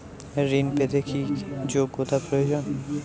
ঋণ পেতে কি যোগ্যতা প্রয়োজন?